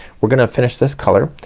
we're gonna finish this color.